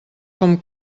com